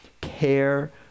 care